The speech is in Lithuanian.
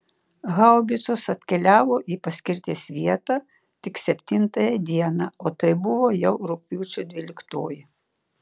haubicos atkeliavo į paskirties vietą tik septintąją dieną o tai buvo jau rugpjūčio dvyliktoji